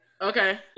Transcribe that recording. Okay